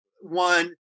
one